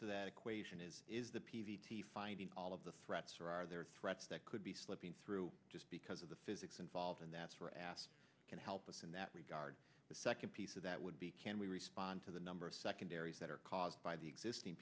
to that equation is is the p v t finding all of the threats or are there threats that could be slipping through just because of the physics involved and that's were asked can help us in that regard the second piece of that would be can we respond to the number of secondaries that are caused by the existing